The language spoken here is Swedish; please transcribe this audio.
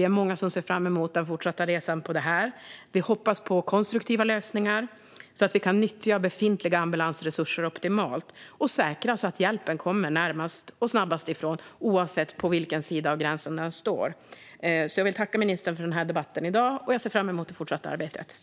Vi är många som ser fram emot den fortsatta resan i arbetet, och det kommer att bli spännande. Vi hoppas på konstruktiva lösningar så att vi kan nyttja befintliga ambulansresurser optimalt och säkra att hjälpen kommer närmast och snabbast ifrån oavsett vilken sida av gränsen den finns. Jag vill tacka ministern för debatten i dag, och jag ser fram emot det fortsatta arbetet.